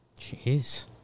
Jeez